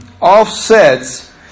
offsets